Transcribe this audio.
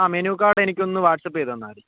ആ menu card എനിക്ക് ഒന്ന് വാട്സ്ആപ്പ് ചെയ്ത് തന്നാൽ മതി